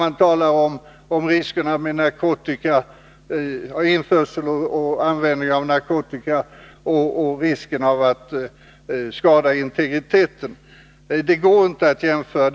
Men riskerna med narkotikainförsel och narkotikaanvändning och riskerna att skada integriteten är inte riktigt jämförbara storheter.